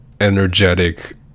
energetic